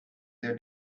their